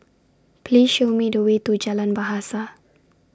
Please Show Me The Way to Jalan Bahasa